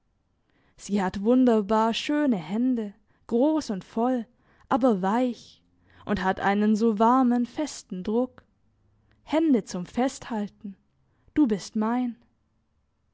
sie hat wunderbar schöne hände gross und voll aber weich und hat einen so warmen festen druck hände zum festhalten du bist mein